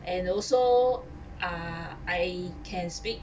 and also uh I can speak